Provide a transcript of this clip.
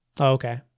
Okay